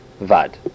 vad